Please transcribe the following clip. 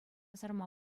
сарма